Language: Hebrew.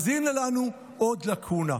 אז הינה לנו עוד לקונה.